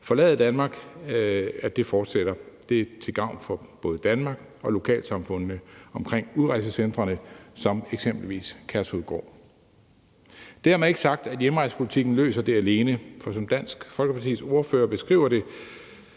forlade Danmark fortsætter. Det er til gavn for både Danmark og lokalsamfundene omkring udrejsecentrene som eksempelvis Kærshovedgård. Dermed ikke sagt, at hjemrejsepolitikken løser det alene, for som Dansk Folkepartis ordfører beskriver det,